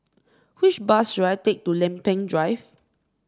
which bus should I take to Lempeng Drive